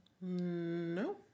No